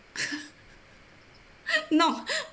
knock